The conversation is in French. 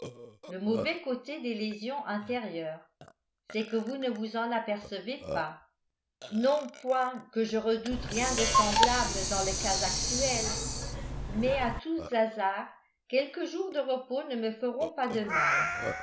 le mauvais côté des lésions intérieures c'est que vous ne vous en apercevez pas non point que je redoute rien de semblable dans le cas actuel mais à tous hasards quelques jours de repos ne me feront pas de mal